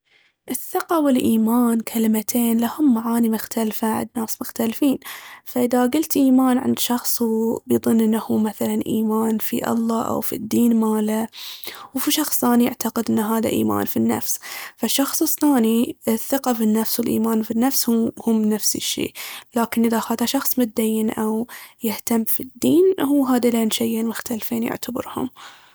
الثقة والإمان كلمتين لهم معاني مختلفة عند ناس مختلفين. فإذا قلت إيمان عند شخص بيضن ان هو مثلاً إيمان في الله أو في الدين ماله، وفي شخص ثاني يعتقد ان هاذا إيمان في النفس. فللشخص الـثاني الثقة بالنفس والإيمان بالنفس هم نفس الشي. لكن اذا هاذا شخص متدين أو يهتم في الدين، هو هاذيلين شيين مختلفين يعتبرهم.